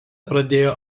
pradėjo